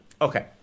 Okay